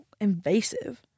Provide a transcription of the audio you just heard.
invasive